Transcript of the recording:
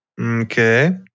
Okay